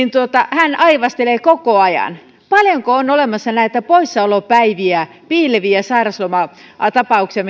aivastelee koko ajan paljonko on olemassa näitä poissaolopäiviä piileviä sairauslomatapauksia